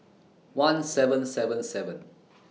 one seven seven seven